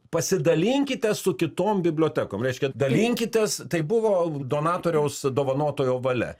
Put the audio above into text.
pasidalinkite su kitom bibliotekom reiškia dalinkitės tai buvo donatoriaus dovanotojo valia